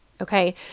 okay